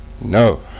No